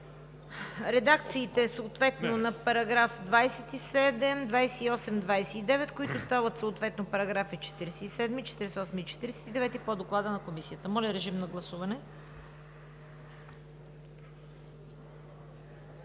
редакциите съответно на параграфи 27, 28 и 29, които стават съответно параграфи 47, 48 и 49 по Доклада на Комисията. Моля, гласувайте.